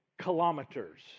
kilometers